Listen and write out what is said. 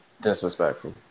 Disrespectful